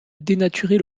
dénaturer